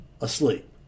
asleep